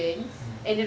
mm